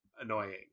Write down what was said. annoying